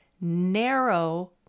narrow